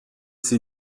sie